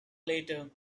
later